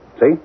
See